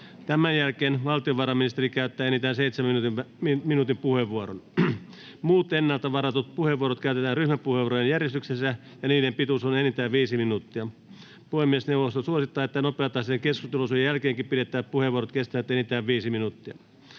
Tämän jälkeen valtiovarainministeri käyttää enintään seitsemän minuutin puheenvuoron. Muut ennalta varatut puheenvuorot käytetään ryhmäpuheenvuorojärjestyksessä, ja niiden pituus on enintään viisi minuuttia. Puhemiesneuvosto suosittaa, että nopeatahtisen keskusteluosuuden jälkeenkin pidettävät puheenvuorot kestävät enintään viisi minuuttia.